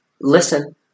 listen